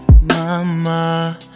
mama